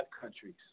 countries